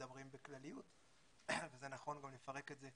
ומדברים בכלליות וזה נכון לפרק את זה,